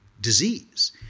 disease